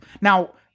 Now